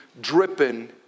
dripping